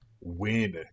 win